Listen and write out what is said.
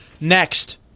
next